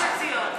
רק בגוש עציון.